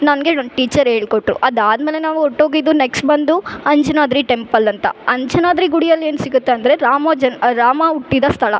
ನನಗೆ ನನ್ನ ಟೀಚರ್ ಹೇಳ್ಕೊಟ್ರು ಅದಾದ ಮೇಲೆ ನಾವು ಒಟ್ಟೋಗಿದ್ದು ನೆಕ್ಸ್ಟ್ ಬಂದು ಅಂಜನಾದ್ರಿ ಟೆಂಪಲ್ ಅಂತ ಅಂಜನಾದ್ರಿ ಗುಡಿಯಲ್ಲಿ ಏನು ಸಿಗತ್ತೆ ಅಂದರೆ ರಾಮೋ ಜನ್ ಅ ರಾಮ ಹುಟ್ಟಿದ ಸ್ಥಳ